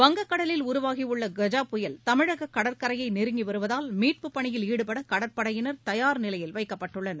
வங்கக் கடலில் உருவாகியுள்ள கஜா புயல் தமிழக கடற்கரையை நெருங்கி வருவதால் மீட்புப் பணியில் ஈடுபட கடற்படையினர் தயார்நிலையில் வைக்கப்பட்டுள்ளனர்